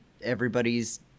Everybody's